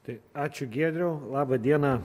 tai ačiū giedriau laba diena